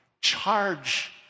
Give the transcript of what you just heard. charge